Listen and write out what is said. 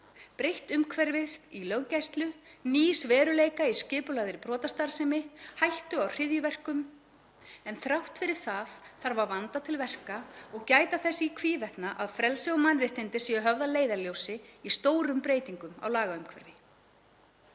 breytts umhverfis í löggæslu, nýs veruleika í skipulagðri brotastarfsemi, hættu á hryðjuverkum. En þrátt fyrir það þarf að vanda til verka og gæta þess í hvívetna að frelsi og mannréttindi séu höfð að leiðarljósi í stórum breytingum á lagaumhverfi.